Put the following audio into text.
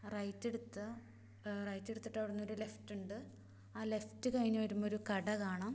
റൈറ്റെടുത്ത് റൈറ്റെടുത്തിട്ടവിടുന്നൊരു ലെഫ്റ്റുണ്ട് ആ ലെഫ്റ്റ് കഴിഞ്ഞ് വരുമ്പോള് ഒരു കട കാണാം